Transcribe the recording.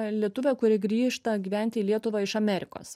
lietuvė kuri grįžta gyventi į lietuvą iš amerikos